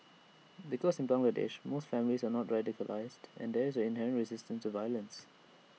because in Bangladesh most families are not radicalised and there is an inherent resistance to violence